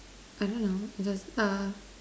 I don't know just uh